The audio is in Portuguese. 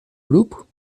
grupo